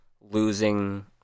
losing